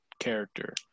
character